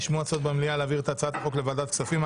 נשמעו הצעות במליאה להעביר את הצעת החוק לוועדת הכספים.